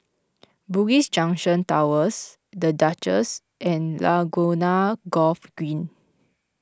Bugis Junction Towers the Duchess and Laguna Golf Green